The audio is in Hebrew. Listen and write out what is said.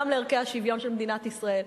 גם לערכי השוויון של מדינת ישראל.